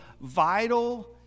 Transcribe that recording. vital